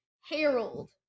Harold